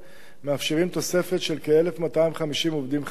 מאפשרים תוספת של כ-1,250 עובדים חדשים.